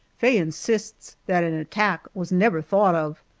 faye insists that an attack was never thought of,